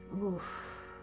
Oof